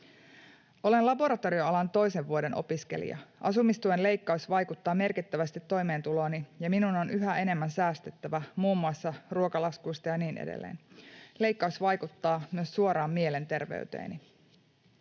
”Olen laboratorioalan toisen vuoden opiskelija. Asumistuen leikkaus vaikuttaa merkittävästi toimeentulooni, ja minun on yhä enemmän säästettävä muun muassa ruokalaskuista ja niin edelleen. Leikkaus vaikuttaa myös suoraan mielenterveyteeni.”